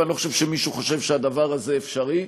ואני לא חושב שמישהו חושב שהדבר הזה אפשרי.